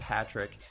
Patrick